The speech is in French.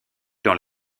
dans